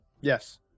Yes